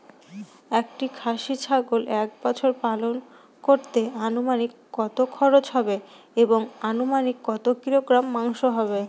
একটি খাসি ছাগল এক বছর পালন করতে অনুমানিক কত খরচ হবে এবং অনুমানিক কত কিলোগ্রাম মাংস হবে?